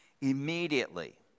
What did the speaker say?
immediately